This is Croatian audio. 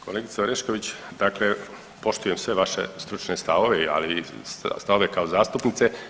Kolegica Orešković, dakle poštujem sve vaše stručne stavove, ali stavove kao zastupnice.